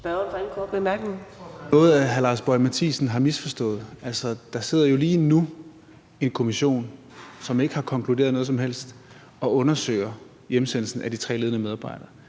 noget, hr. Lars Boje Mathiesen har misforstået. Der sidder jo lige nu en kommission, som ikke har konkluderet noget som helst, og undersøger hjemsendelsen af de tre ledende medarbejder.